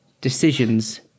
decisions